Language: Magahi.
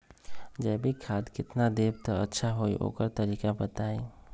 जैविक खाद केतना देब त अच्छा होइ ओकर तरीका बताई?